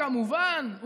כמובן,